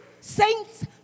saints